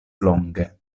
longe